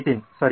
ನಿತಿನ್ ಸರಿ